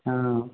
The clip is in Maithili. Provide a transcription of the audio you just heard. हँ